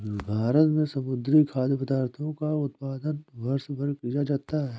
भारत में समुद्री खाद्य पदार्थों का उत्पादन वर्षभर किया जाता है